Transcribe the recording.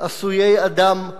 עשויי אדם,